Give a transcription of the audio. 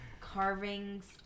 carvings